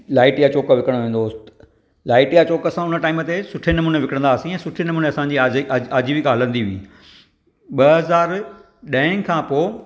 light जा चोख विकण वेंदो हुयुसि लाइट जा चोख सां हुन टाइम ते सुठे नमूने विकिणंदासीं ऐं सुठे नमूने असांजी आजीविका हलंदी हुई ॿ हज़ार ॾह खां पोइ